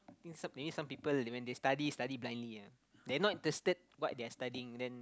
I think some maybe some people when they study study blindly ah they not understand what they're studying then